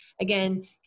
again